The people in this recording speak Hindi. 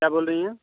क्या बोल रही हैं